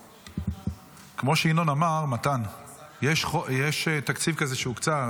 כמו שינון אמר, מתן, יש תקציב כזה שהוקצה.